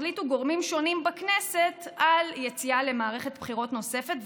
החליטו גורמים שונים בכנסת על יציאה למערכת בחירות נוספת,